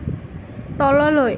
তললৈ